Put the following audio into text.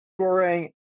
scoring